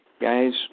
guys